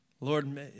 Lord